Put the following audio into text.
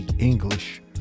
english